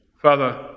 Father